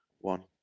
One